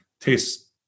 tastes